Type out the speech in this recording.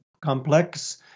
complex